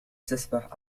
تسبح